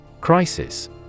Crisis